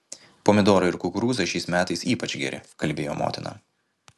pomidorai ir kukurūzai šiais metais ypač geri kalbėjo motina